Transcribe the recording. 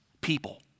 People